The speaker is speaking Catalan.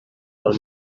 del